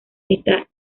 está